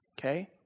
okay